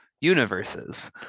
universes